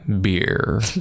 Beer